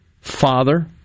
father